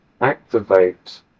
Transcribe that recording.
activate